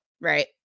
Right